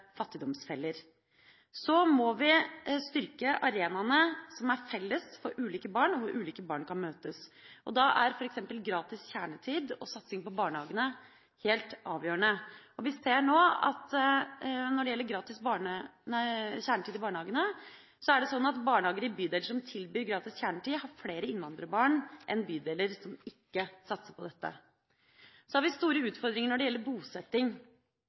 fattigdomsfeller. Så må vi styrke arenaene som er felles for ulike barn, og hvor ulike barn kan møtes. Da er f.eks. gratis kjernetid og satsing på barnehagene helt avgjørende. Vi ser nå at når det gjelder kjernetid i barnehagene, er det slik at barnehager i bydeler som tilbyr gratis kjernetid, har flere innvandrerbarn enn bydeler som ikke satser på dette. Så har vi store utfordringer når det gjelder bosetting.